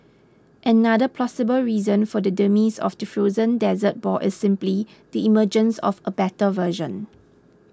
another plausible reason for the demise of the frozen dessert ball is simply the emergence of a better version